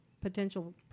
potential